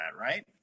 right